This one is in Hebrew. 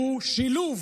שהוא שילוב